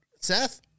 Seth